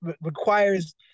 requires